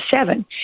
seven